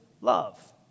love